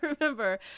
remember